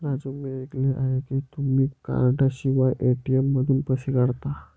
राजू मी ऐकले आहे की तुम्ही कार्डशिवाय ए.टी.एम मधून पैसे काढता